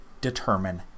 determine